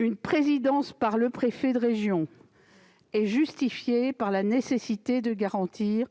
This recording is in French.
une présidence par le préfet de région est justifiée par la nécessité de garantir